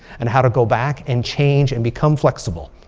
and how to go back and change and become flexible.